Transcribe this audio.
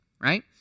right